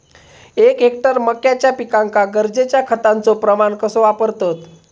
एक हेक्टर मक्याच्या पिकांका गरजेच्या खतांचो प्रमाण कसो वापरतत?